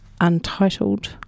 untitled